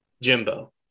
Jimbo